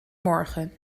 morgen